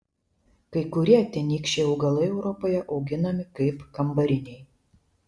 kai kurie tenykščiai augalai europoje auginami kaip kambariniai